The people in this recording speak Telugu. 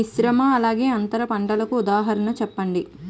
మిశ్రమ అలానే అంతర పంటలకు ఉదాహరణ చెప్పండి?